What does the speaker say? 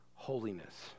Holiness